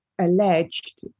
alleged